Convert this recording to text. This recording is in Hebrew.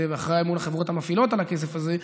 ואחראי מול החברות המפעילות על הכסף הזה,